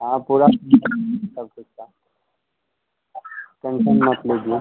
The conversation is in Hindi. हाँ पूरा सबकुछ का टेन्शन मत लीजिए